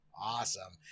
Awesome